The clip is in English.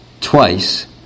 Twice